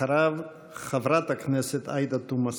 אחריו, חברת הכנסת עאידה תומא סלימאן.